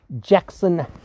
Jackson